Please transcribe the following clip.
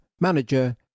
manager